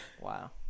Wow